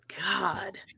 God